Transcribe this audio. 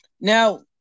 Now